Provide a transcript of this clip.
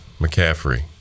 McCaffrey